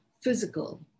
physical